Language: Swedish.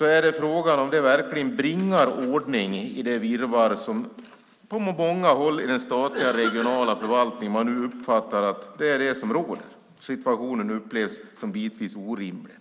är det nu fråga om detta verkligen bringar ordning i det virrvarr som man på många håll uppfattar råder i den statliga regionala förvaltningen. Situationen upplevs som bitvis orimlig.